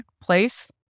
place